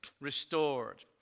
restored